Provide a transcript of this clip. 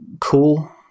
cool